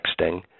texting